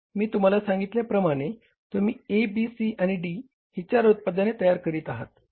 मी तुम्हाला सांगितल्याप्रमाणे तुम्ही A B C आणि D ही चार उत्पादने तयार करीत आहात